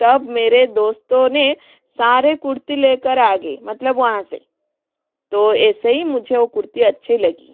तब मेरे दोस्तों ने सारे कुर्ती लेकर आ गए मतलब वहाँ से तो ऐसे ही मुझे वह कुर्ती अच्छी लगी